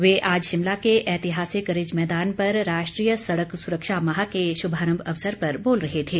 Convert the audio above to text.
वे आज शिमला के ऐतिहासिक रिज मैदान पर राष्ट्रीय सड़क सुरक्षा माह के शुभारम्भ अवसर पर बोल रहे थे